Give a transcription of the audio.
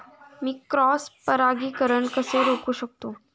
मी cross परागीकरण कसे रोखू शकतो?